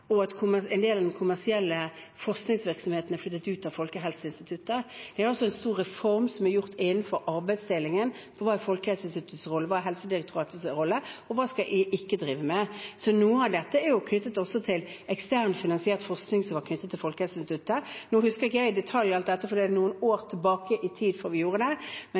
og at en del av den kommersielle forskningsvirksomheten er flyttet ut av Folkehelseinstituttet. Det er også en stor reform innenfor arbeidsdelingen – hva er Folkeinstituttets rolle, hva Helsedirektoratets rolle, og hva skal de ikke drive med? Noe av dette er knyttet til eksternt finansiert forskning som var knyttet til Folkehelseinstituttet. Nå husker ikke jeg alt dette i detalj, for vi gjorde dette noen år tilbake, men det er ikke sånn at vi har kuttet 140 stillinger i